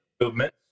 movement